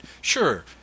sure